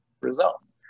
results